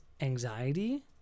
anxiety